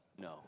no